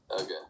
Okay